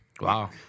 Wow